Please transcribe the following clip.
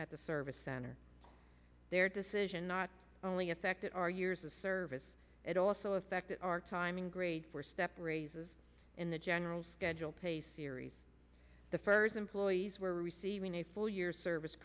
at the service center their decision not only affected our years of service it also affected our timing grades were step raises in the general schedule pay series the first employees were receiving a full year service